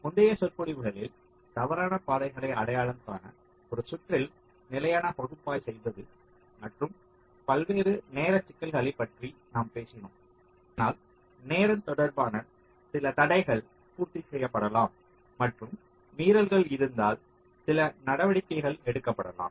முந்தைய சொற்பொழிவுகளில் தவறான பாதைகளை அடையாளம் காண ஒரு சுற்றில் நிலையான பகுப்பாய்வு செய்வது மற்றும் பல்வேறு நேர சிக்கல்களைப் பற்றி நாம் பேசினோம் இதனால் நேரம் தொடர்பான சில தடைகள் பூர்த்தி செய்யப்படலாம் மற்றும் மீறல்கள் இருந்தால் சில நடவடிக்கைகள் எடுக்கப்படலாம்